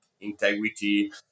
integrity